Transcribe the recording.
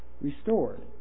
restored